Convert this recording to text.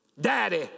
Daddy